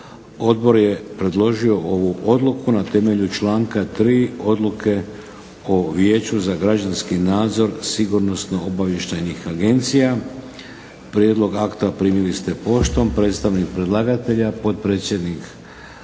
Odbor je predložio ovu Odluku na temelju članka 3. Odluke o Vijeću za građanski nadzor obavještajno sigurnosnih agencija. Prijedlog akta primili ste poštom. Predstavnik predlagatelja, predsjednik